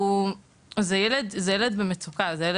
זה ילד שנמצא במצוקה כל שהיא,